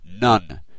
None